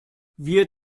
wir